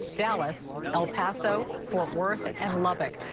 dallas, el paso fort worth and lubbock,